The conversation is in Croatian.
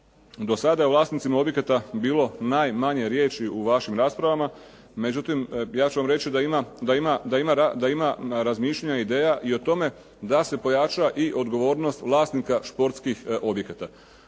Do sada je o vlasnicima objekata bilo najmanje riječi u vašim rasprava. Međutim, ja ću vam reći da ima razmišljanja i ideja i o tome da se pojača i odgovornost vlasnika športskih objekata.